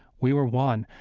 we were one.